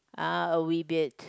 uh a wee bit